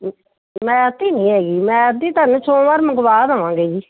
math ਦੀ ਨਹੀਂ ਹੈਗੀ ਮੈਥ ਦੀ ਤੁਹਾਨੂੰ ਸੋਮਵਾਰ ਮੰਗਵਾ ਦਵਾਂਗੇ ਜੀ